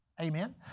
Amen